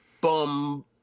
bum